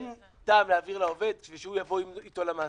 אין טעם להעביר לעובד בשביל שהוא יבוא איתו למעסיק.